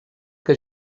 que